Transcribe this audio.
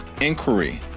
inquiry